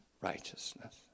righteousness